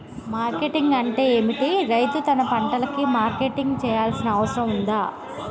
Marketing అంటే ఏమిటి? రైతు తన పంటలకు మార్కెటింగ్ చేయాల్సిన అవసరం ఉందా?